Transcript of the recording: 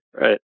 Right